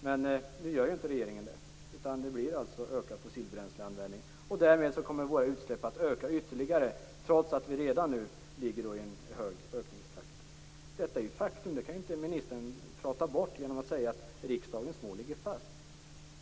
Men nu gör ju inte regeringen det, utan det blir alltså en ökad fossilbränsleanvändning. Därmed kommer utläppen att öka ytterligare, trots att vi redan nu har en hög ökningstakt. Detta är ju faktum. Det kan inte ministern prata bort genom att säga att riksdagens mål ligger fast.